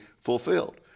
fulfilled